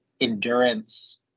endurance